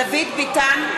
(קוראת בשמות חברי הכנסת) דוד ביטן,